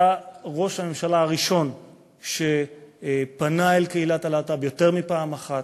אתה ראש הממשלה הראשון שפנה אל קהילת הלהט"ב יותר מפעם אחת.